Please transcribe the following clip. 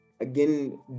again